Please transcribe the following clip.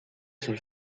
sul